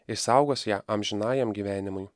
išsaugos ją amžinajam gyvenimui